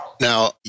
now